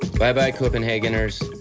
bye bye copenhageners!